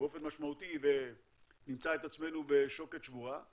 באופן משמעותי ונמצא את עצמנו בשוקת שבורה,